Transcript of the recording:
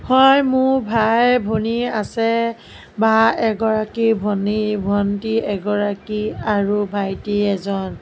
হয় মোৰ ভাই ভনী আছে বা এগৰাকী ভনী ভণ্টি এগৰাকী আৰু ভাইটি এজন